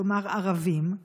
כלומר ערבים,